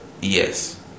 Yes